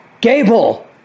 Gable